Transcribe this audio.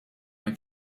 hemm